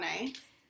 nice